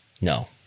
No